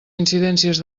incidències